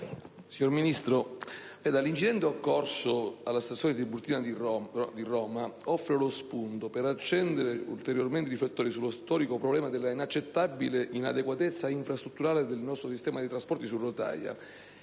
Signor Ministro, l'incidente occorso nella stazione di Roma Tiburtina offre oggi lo spunto per accendere ulteriormente i riflettori sullo storico problema dell'inaccettabile inadeguatezza infrastrutturale del nostro sistema dei trasporti su rotaia,